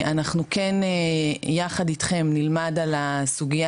אנחנו כן יחד אתכם נלמד על הסוגיה